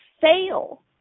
fail